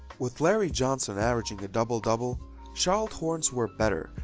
with larry johnson averaging a double-double charlotte hornets were better,